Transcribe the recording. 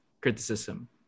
criticism